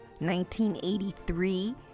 1983